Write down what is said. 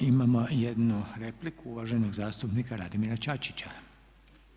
Imamo jednu repliku uvaženog zastupnika Radimira Čačića.